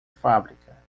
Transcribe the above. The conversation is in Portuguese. fábrica